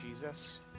Jesus